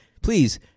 please